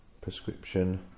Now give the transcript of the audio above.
prescription